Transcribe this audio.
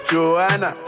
Joanna